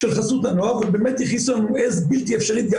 הוא באמת הכניס לנו עז בלתי אפשרית גם